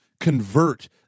convert